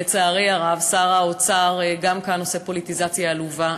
שר האוצר גם כאן עושה פוליטיזציה עלובה.